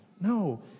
No